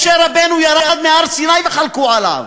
משה רבנו ירד מהר-סיני וחלקו עליו,